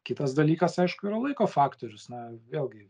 kitas dalykas aišku yra laiko faktorius na vėlgi